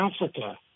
Africa